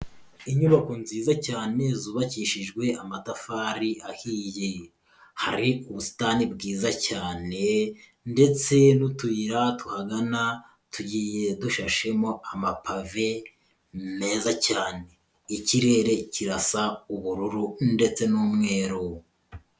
Inyubako nziza cyane zubakishijwe amatafari ahiye, hari ubusitani bwiza cyane, ndetse n'utuyira tuhagana tugiye dushashemo amapave meza cyane, ikirere kirasa ubururu ndetse n'umweru.